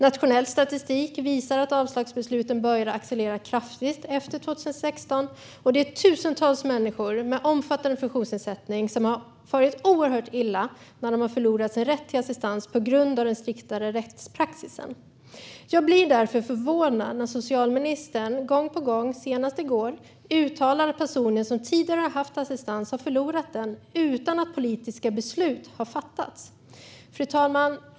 Nationell statistik visar att avslagsbesluten började accelerera kraftigt efter 2016, och det är tusentals människor med omfattande funktionsnedsättning som har farit oerhört illa när de har förlorat sin rätt till assistans på grund av den striktare rättspraxisen. Jag blir därför förvånad när socialministern gång på gång, senast i går, uttalar att personer som tidigare haft assistans har förlorat den utan att politiska beslut har fattats. Fru talman!